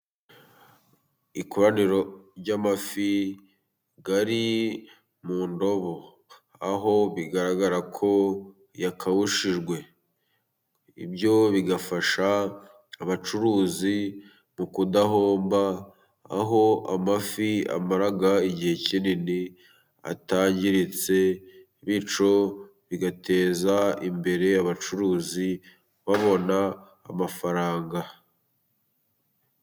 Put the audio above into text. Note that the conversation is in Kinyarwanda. Ikoraniro ry'amafi ari mu ndobo, aho bigaragara ko yakawushijwe. Ibyo bigafasha abacuruzi mu kudahomba, aho amafi amara igihe kinini atangiritse bityo bigateza imbere abacuruzi babona amafaranga.